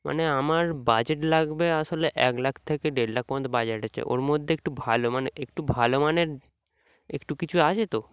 মানে আমার বাজেট লাগবে আসলে এক লাখ থেকে দেড় লাখ মধ্যে বাজেট আছে ওর মধ্যে একটু ভালো মানে একটু ভালো মানের একটু কিছু আছে তো